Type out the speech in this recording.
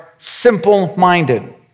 Simple-minded